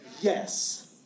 Yes